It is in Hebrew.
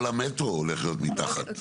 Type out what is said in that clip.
כל המטרו הולך להיות מתחת?